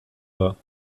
pas